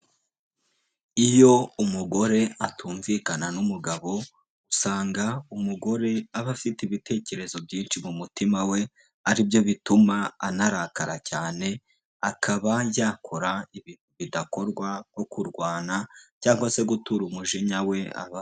Iyo umugore atumvikana n'umugabo usanga umugore aba afite ibitekerezo byinshi mu mutima we, aribyo bituma anarakara cyane akaba yakora ibintu bidakorwa nko kurwana cyangwa se gutura umujinya we abandi.